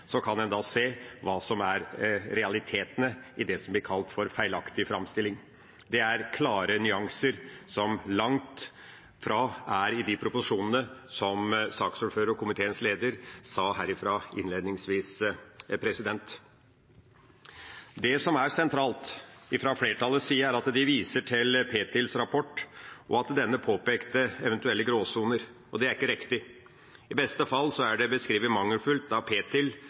så kan en da se hva som er realitetene i det som blir kalt for feilaktig framstilling. Det er klare nyanser som langt ifra er av de proporsjonene som saksordføreren og komiteens leder sa her innledningsvis. Det som er sentralt fra flertallets side, er at de viser til Petroleumstilsynets rapport, og at denne påpekte eventuelle gråsoner. Det er ikke riktig. I beste fall er det mangelfullt beskrevet,